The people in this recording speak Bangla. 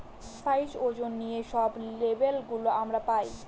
সাইজ, ওজন নিয়ে সব লেবেল গুলো আমরা পায়